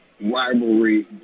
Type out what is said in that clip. rivalry